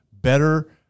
better